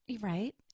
right